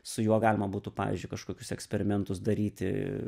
su juo galima būtų pavyzdžiui kažkokius eksperimentus daryti